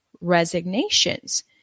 resignations